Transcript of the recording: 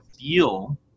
feel